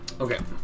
Okay